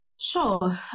sure